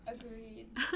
agreed